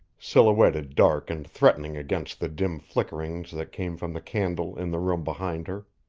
silhouetted dark and threatening against the dim flickerings that came from the candle in the room behind her.